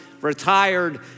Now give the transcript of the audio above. retired